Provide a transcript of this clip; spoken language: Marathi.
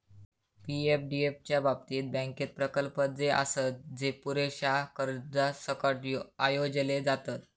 पी.एफडीएफ च्या बाबतीत, बँकेत प्रकल्प जे आसत, जे पुरेशा कर्जासकट आयोजले जातत